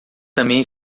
também